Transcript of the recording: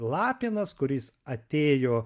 lapinas kuris atėjo